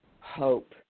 hope